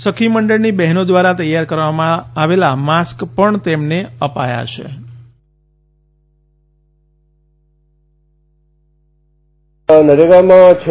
સખી મંડળની બહેનો દ્વારા તૈયાર કરવામાં આવેલા માસ્ક પણ તેમને અપાયા છે